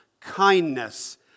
kindness